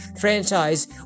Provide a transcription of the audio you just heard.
franchise